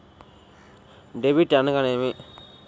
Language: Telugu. డెబిట్ అనగానేమి?